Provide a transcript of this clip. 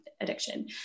addiction